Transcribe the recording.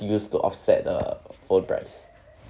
use to offset the phone price